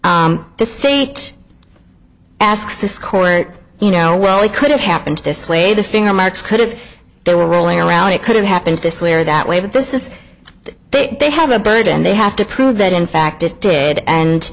testimony the state asks this court you know well we could have happened this way the finger marks could if there were rolling around it could have happened to swear that way but this is the big they have a burden they have to prove that in fact it did and